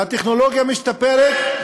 והטכנולוגיה משתפרת,